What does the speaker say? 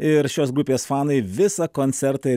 ir šios grupės fanai visą koncertą